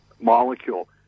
molecule